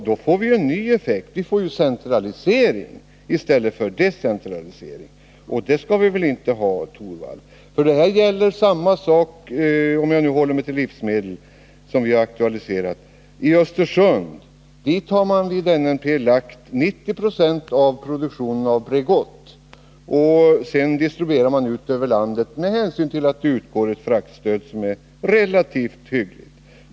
Då får man en centralisering stället för en decentralisering! Det skall vi väl inte ha, Rune Torwald? Samma sak gäller — om jag håller mig till livsmedelssektorn, som vi aktualiserat — i Östersund. Dit har NNP förlagt 90 Zo av produktionen av Bregott, och sedan distribuerar man varorna ut över landet med hänsyn till att det utgår ett fraktstöd som är relativt hyggligt.